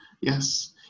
Yes